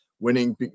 winning